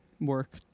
work